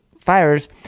fires